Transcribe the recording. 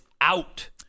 out